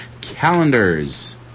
calendars